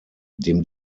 dem